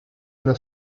una